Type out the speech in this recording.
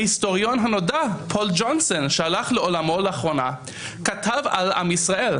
ההיסטוריון הנודע פול ג'ונסן שהלך לעולמו לאחרונה כתב על עם ישראל: